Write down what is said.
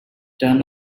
turn